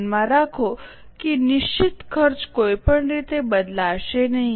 ધ્યાનમાં રાખો કે નિશ્ચિત ખર્ચ કોઈપણ રીતે બદલાશે નહીં